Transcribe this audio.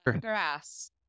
grass